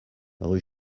rue